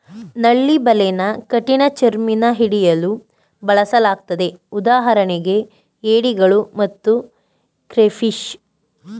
ನಳ್ಳಿ ಬಲೆನ ಕಠಿಣಚರ್ಮಿನ ಹಿಡಿಯಲು ಬಳಸಲಾಗ್ತದೆ ಉದಾಹರಣೆಗೆ ಏಡಿಗಳು ಮತ್ತು ಕ್ರೇಫಿಷ್